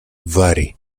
vary